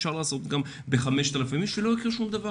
אפשר לעשות גם ב-5,000 איש ולא יקרה שום דבר.